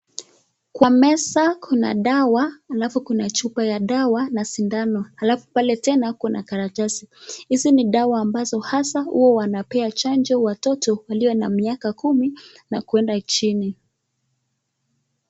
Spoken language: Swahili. Kwa meza kuna dawa alafu kuna chupa ya dawa na sindano alafu pale tena kuna karatasi, hizi ni dawa ambazo haswa huwa wanapea chanjo watoto waliyo miaka kumi na kuenda chini.